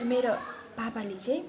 मेरो पापाले चाहिँ